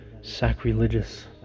sacrilegious